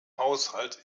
haushalt